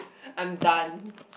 I am done